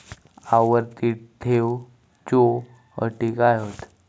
आवर्ती ठेव च्यो अटी काय हत?